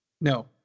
No